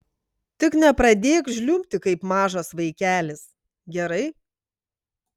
tik nepradėk žliumbti kaip mažas vaikelis gerai